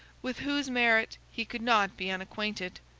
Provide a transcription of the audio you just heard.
with whose merit he could not be unacquainted.